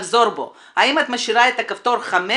האם את משאירה את הכפתור 5,